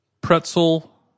pretzel